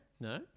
No